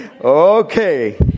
Okay